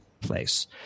place